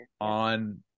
on